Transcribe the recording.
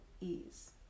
ease